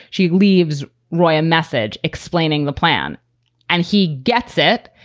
she leaves roy a message explaining the plan and he gets it.